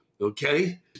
Okay